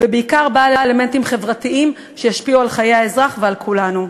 ובעיקר בעל אלמנטים חברתיים שישפיעו על חיי האזרח ועל כולנו.